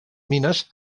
mines